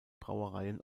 brauereien